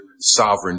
sovereign